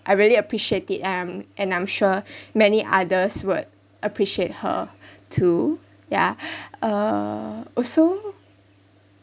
I really appreciate it and I'm and I'm sure many others would appreciate her too ya uh also